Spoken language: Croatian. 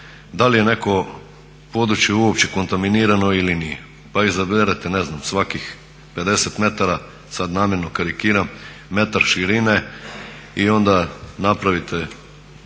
da li je netko područje uopće kontaminirano ili nije, pa izaberete ne znam svakih 50 metara sad namjerno karikiram metar širine i onda napravite